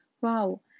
wow